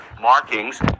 markings